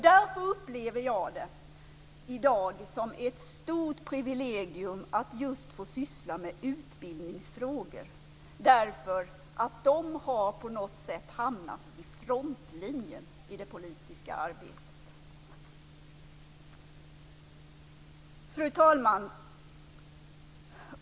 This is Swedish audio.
Därför upplever jag det i dag som ett stort privilegium att få syssla just med utbildningsfrågor, därför att de har på något sätt hamnat i frontlinjen i det politiska arbetet. Fru talman!